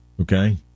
Okay